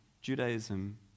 Judaism